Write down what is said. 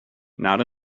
not